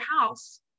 house